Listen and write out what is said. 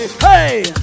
Hey